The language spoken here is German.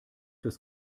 fürs